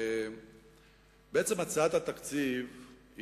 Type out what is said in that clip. הצעת התקציב,